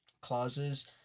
clauses